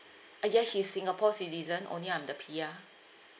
ah yes she's singapore citizen only I'm the P_R